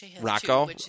Rocco